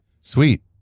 Sweet